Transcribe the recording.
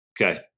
Okay